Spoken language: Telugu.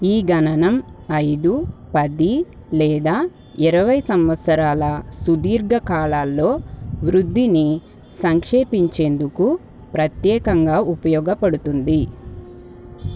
ఈ గణనం ఐదు పది లేదా ఇరవై సంవత్సరాల సుదీర్ఘ కాలాల్లో వృద్ధిని సంక్షేపించేందుకు ప్రత్యేకంగా ఉపయోగపడుతుంది